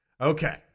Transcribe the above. Okay